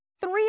Three